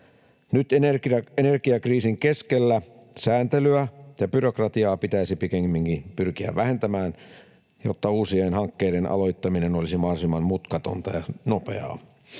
Nyt energiakriisin keskellä sääntelyä ja byrokratiaa pitäisi pikemminkin pyrkiä vähentämään, jotta uusien hankkeiden aloittaminen olisi mahdollisimman mutkatonta ja nopeaa.